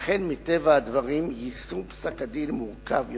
ולכן מטבע הדברים יישום פסק-הדין מורכב יותר.